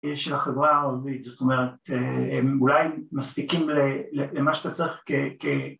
של החברה הערבית, זאת אומרת, הם אולי מספיקים למה שאתה צריך כ...